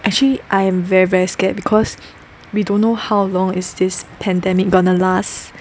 actually I am very very scared because we don't know how long is this pandemic gonna last